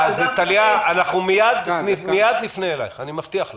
טליה, אנחנו מיד נפנה אליך, אני מבטיח לך.